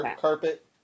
carpet